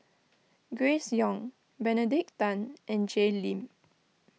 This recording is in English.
Grace Young Benedict Tan and Jay Lim